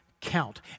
Count